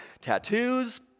tattoos